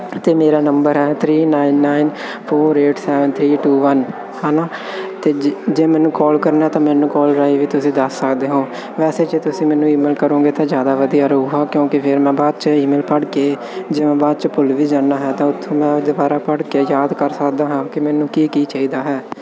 ਅਤੇ ਮੇਰਾ ਨੰਬਰ ਹੈ three nine nine four eight seven three two one ਹੈ ਨਾ ਅਤੇ ਜੇ ਜੇ ਮੈਨੂੰ ਕਾਲ ਕਰਨਾ ਤਾਂ ਮੈਨੂੰ ਕਾਲ ਰਾਹੀਂ ਵੀ ਤੁਸੀਂ ਦੱਸ ਸਕਦੇ ਹੋ ਵੈਸੇ ਜੇ ਤੁਸੀਂ ਮੈਨੂੰ ਈਮੇਲ ਕਰੋਗੇ ਤਾਂ ਜ਼ਿਆਦਾ ਵਧੀਆ ਰਹੇਗਾ ਕਿਉਂਕਿ ਫਿਰ ਮੈਂ ਬਾਅਦ 'ਚ ਈਮੇਲ ਪੜ੍ਹ ਕੇ ਜੇ ਮੈਂ ਬਾਅਦ 'ਚ ਭੁੱਲ ਵੀ ਜਾਂਦਾ ਹਾਂ ਤਾਂ ਉੱਥੋਂ ਮੈਂ ਦੁਬਾਰਾ ਪੜ੍ਹ ਕੇ ਯਾਦ ਕਰ ਸਕਦਾ ਹਾਂ ਕਿ ਮੈਨੂੰ ਕੀ ਕੀ ਚਾਹੀਦਾ ਹੈ